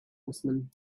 horsemen